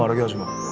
but goosebumps